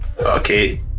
Okay